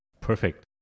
Perfect